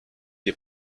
des